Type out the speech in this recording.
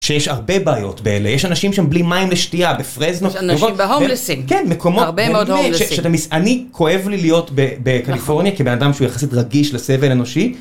שיש הרבה בעיות ב-L.A., יש אנשים שם בלי מים לשתייה בפרזנו... - יש אנשים, בהומלסים... - כן מקומות... - הרבה מאוד הומלסים... - אני כואב לי להיות בקליפורניה כבן־אדם שהוא יחסית רגיש לסבל האנושי...